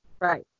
Right